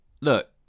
look